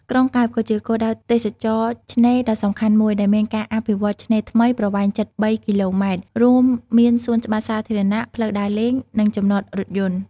ក្រុងកែបក៏ជាគោលដៅទេសចរណ៍ឆ្នេរដ៏សំខាន់មួយ ដែលមានការអភិវឌ្ឍន៍ឆ្នេរថ្មីប្រវែងជិត ៣ គីឡូម៉ែត្រ រួមមានសួនច្បារសាធារណៈ ផ្លូវដើរលេង និងចំណត រថយន្ត។